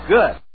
Good